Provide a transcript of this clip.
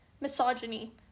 misogyny